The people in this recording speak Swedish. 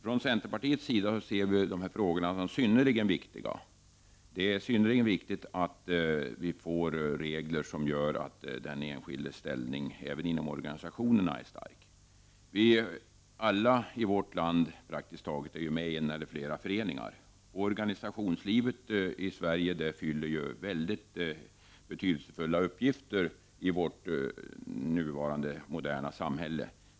Vi i centerpartiet anser att dessa frågor är synnerligen viktiga. Det är mycket väsentligt att vi får regler som gör att den enskildes ställning inom organisationerna är stark. Vi är praktiskt taget alla i vårt land med i en eller flera föreningar. Organisationslivet fyller ju väldigt betydelsefulla uppgifter i vårt moderna samhälle.